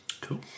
Cool